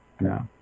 no